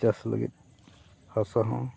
ᱪᱟᱥ ᱞᱟᱹᱜᱤᱫ ᱦᱟᱥᱟ ᱦᱚᱸ